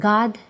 God